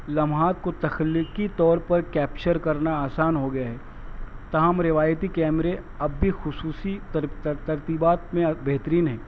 لمحات کو تخلیقی طور پر کیپچر کرنا آسان ہو گیا ہے تاہم روایتی کیمرے اب بھی خصوصی ترتیبات میں بہترین ہیں